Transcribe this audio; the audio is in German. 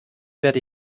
werde